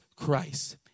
Christ